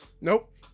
Nope